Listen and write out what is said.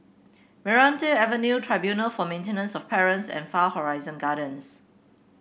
Meranti Avenue Tribunal for Maintenance of Parents and Far Horizon Gardens